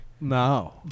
No